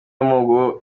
mubo